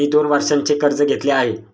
मी दोन वर्षांचे कर्ज घेतले आहे